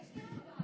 יש לי ארבעה,